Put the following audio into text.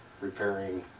repairing